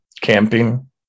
camping